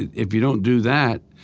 if you don't do that,